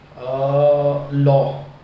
Law